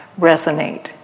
resonate